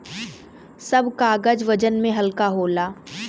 सब कागज वजन में हल्का होला